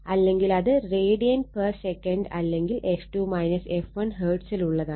അല്ലെങ്കിൽ അത് radian per second അല്ലെങ്കിൽ f2 f1 ഹെർട്സിൽ ഉള്ളതാണ്